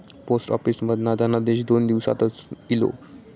post office मधना धनादेश दोन दिवसातच इलो